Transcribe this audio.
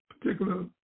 particular